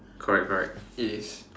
correct correct it is